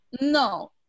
No